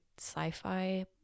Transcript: sci-fi